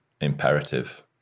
imperative